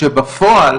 כשבפועל,